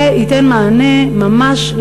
זה ייתן מענה ממש,